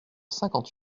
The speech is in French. cinquante